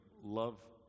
love